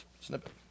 snippet